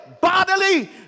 bodily